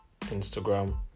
Instagram